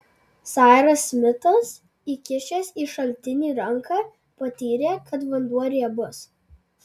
sairas smitas įkišęs į šaltinį ranką patyrė kad vanduo riebus